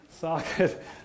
Socket